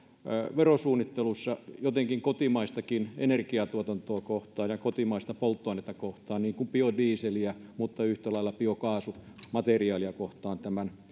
verosuunnittelussa jotenkin kannustava kotimaistakin energiatuotantoa kohtaan ja kotimaista polttoainetta kohtaan niin kuin biodieseliä mutta yhtä lailla biokaasumateriaalia kohtaan tässä